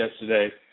yesterday